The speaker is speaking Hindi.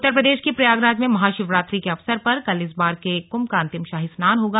उत्तर प्रदेश के प्रयागराज में महाशिवरात्रि के अवसर पर कल इस बार के कुंभ का अंतिम शाही स्नान होगा